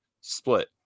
split